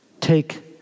take